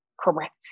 correct